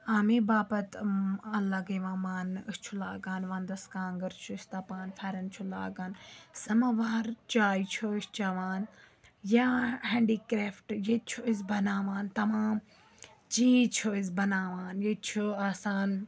آمیے باپَتھ اَلگ یِوان ماننہٕ أسۍ چھِ لاگان وَندَس کانٛگٕر چھِ أسۍ تَپان پھیٚرَن چھُ لاگان سَمَاوار چاے چھِ أسۍ چٮ۪وان یا ہینٛڈی کریفٹ ییٚتہِ چھِ أسۍ بَناوان تَمام چیٖز چھِ أسۍ بَناوان ییٚتہِ چھُ آسان